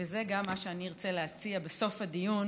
וזה גם מה שאני ארצה להציע בסוף הדיון: